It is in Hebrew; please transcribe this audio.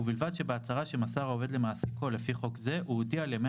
ובלבד שבהצהרה שמסר העובד למעסיקו לפי חוק זה הוא הודיע על ימי